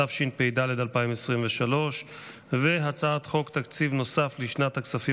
התשפ"ד 2023, והצעת חוק תקציב נוסף לשנת הכספים